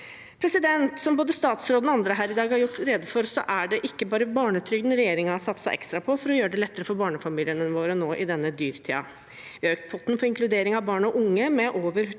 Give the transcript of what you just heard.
med. Som både statsråden og andre her i dag har gjort rede for, er det ikke bare barnetrygden regjeringen har satset ekstra på for å gjøre det lettere for barnefamiliene våre nå i denne dyrtiden. Vi har økt potten for inkludering av barn og unge med over 230 mill.